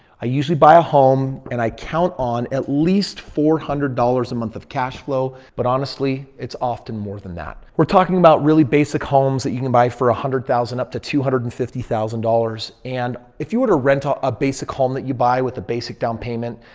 i usually buy a home and i count on at least four hundred dollars a month of cash flow. but honestly, it's often more than that. we're talking about really basic homes that you can buy for a hundred thousand up to two hundred and fifty thousand dollars and if you were to rent a a basic home that you buy with the basic down payment,